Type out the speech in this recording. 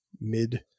mid